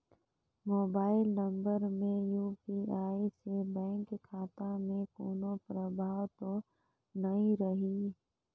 Mobile phone UPI यू.पी.आई से bank खाता मे कोनो प्रभाव तो नइ रही?